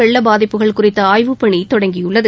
வெள்ளப் பாதிப்புகள் குறித்த ஆய்வுப்பணி தொடங்கியுள்ளது